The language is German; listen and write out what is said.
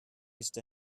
ist